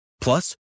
Plus